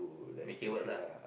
make it work lah